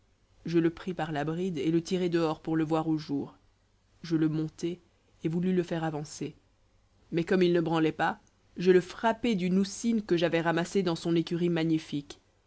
je le pris par la bride et le tirai dehors pour le voir au jour je le montai et voulus le faire avancer mais comme il ne branlait pas je le frappai d'une houssine que j'avais ramassée dans son écurie magnifique